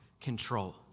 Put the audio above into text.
control